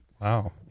Wow